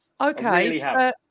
Okay